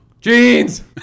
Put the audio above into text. Jeans